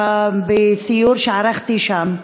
בסיור שערכתי שם,